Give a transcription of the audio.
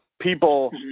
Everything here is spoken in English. People